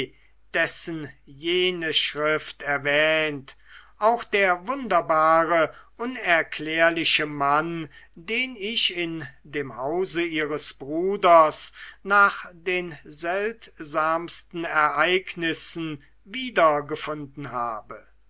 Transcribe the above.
dessen jene schrift erwähnt auch der wunderbare unerklärliche mann den ich in dem hause ihres bruders nach den seltsamsten ereignissen wiedergefunden habe